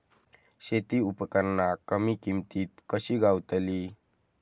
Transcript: शेती उपकरणा कमी किमतीत कशी गावतली?